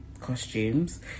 costumes